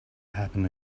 happen